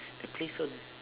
the place so